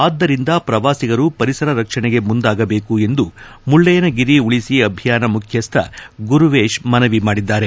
ಆದ್ಲರಿಂದ ಶ್ರವಾಸಿಗರು ಪರಿಸರ ರಕ್ಷಣೆಗೆ ಮುಂದಾಗಬೇಕು ಎಂದು ಮುಳ್ಳಯ್ನನಗಿರಿ ಉಳಿಸಿ ಅಭಿಯಾನದ ಮುಖ್ಯಶ್ರ ಗುರುವೇಶ್ ಮನವಿ ಮಾಡಿದ್ದಾರೆ